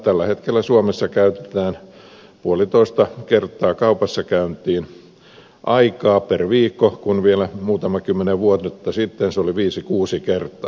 tällä hetkellä suomessa käydään kaupassa puolitoista kertaa per viikko kun vielä muutama kymmenen vuotta sitten se oli viisi kuusi kertaa